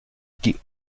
die